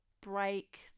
break